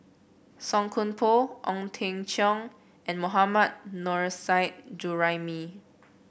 Song Koon Poh Ong Teng Cheong and Mohammad Nurrasyid Juraimi